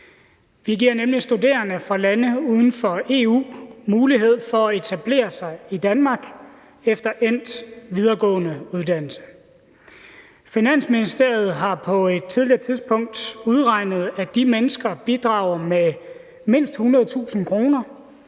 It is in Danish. Vi giver nemlig studerende fra lande uden for EU mulighed for at etablere sig i Danmark efter endt videregående uddannelse. Finansministeriet har på et tidligere tidspunkt udregnet, at de mennesker bidrager med mindst 100.000 kr.,